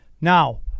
Now